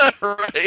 Right